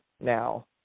now